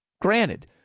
Granted